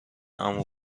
عمو